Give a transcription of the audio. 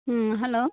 ᱦᱮᱸ ᱦᱮᱞᱳ